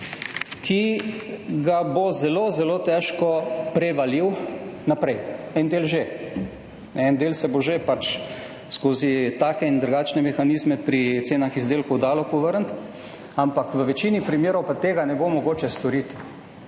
ki ga bo zelo, zelo težko prevalil naprej. En del že, en del se bo že skozi takšne in drugačne mehanizme pri cenah izdelkov dalo povrniti, ampak v večini primerov pa tega ne bo mogoče storiti.